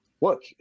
look